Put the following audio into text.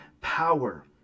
power